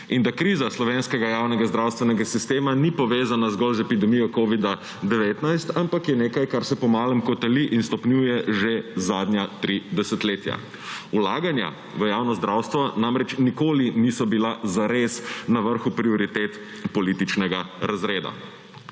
in da kriza slovenskega javnega zdravstvenega sistema ni povezana zgolj z epidemijo covida-19, ampak je nekaj, kar se po malem kotali in stopnjuje že zadnja tri desetletja. Vlaganja v javno zdravstvo namreč nikoli niso bila zares na vrhu prioritet političnega razreda.